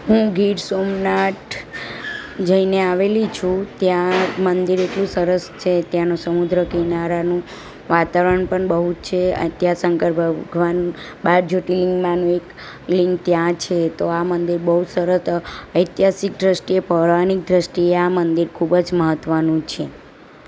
હું ગીર સોમનાથ જઈને આવેલી છું ત્યાં મંદિર એટલું સરસ છે ત્યાંનું સમુદ્ર કિનારાનું વાતાવરણ પણ બહુ છે અત્યારે શંકર ભગવાન બાર જ્યોર્તિલિંગમાનું એક લિંગ ત્યાં છે તો આ મંદિર બહુ સરત ઐતિહાસિક દૃષ્ટિએ પૌરાણિક દૃષ્ટિએ આ મંદિર ખૂબ જ મહત્ત્વનું છે